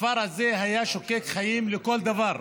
הכפר הזה היה שוקק חיים לכל דבר.